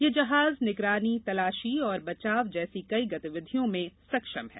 यह जहाज निगरानी तलाशी तथा बचाव जैसी कई गतिविधियों में सक्षम है